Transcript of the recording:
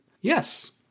Yes